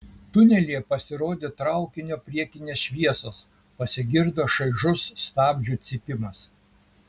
tunelyje pasirodė traukinio priekinės šviesos pasigirdo šaižus stabdžių cypimas